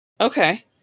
Okay